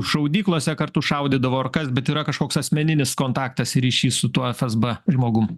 šaudyklose kartu šaudydavo ar kas bet yra kažkoks asmeninis kontaktas ryšys su tuo fsb žmogum